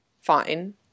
fine